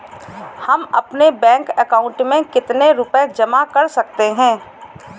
हम अपने bank account में कितने रुपये जमा कर सकते हैं?